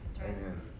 Amen